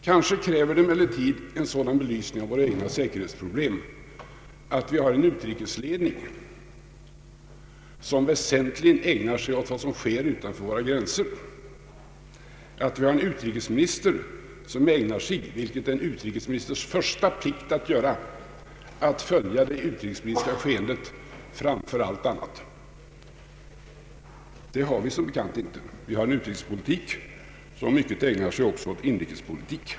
Kanske kräver en sådan belysning av våra egna säkerhetsproblem, att vi hade en utrikesledning som väsentligen ägnar sig åt vad som sker utanför våra gränser, att vi hade en utrikesminister som framför allt ägnade sig åt att följa det utrikespolitiska skeendet, vilket det ju är en utrikesministers första plikt att göra. Men det har vi som bekant inte. Vi har en utrikespolitik som mycket ägnar sig åt inrikespolitik.